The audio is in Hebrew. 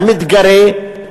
המתגרה,